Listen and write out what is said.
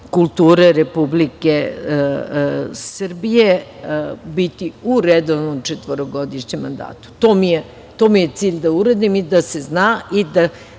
kulture Republike Srbije biti u redovnom četvorogodišnjem mandatu. To mi je cilj da uradim i da se zna da